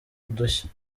udushya